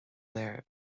léir